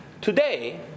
Today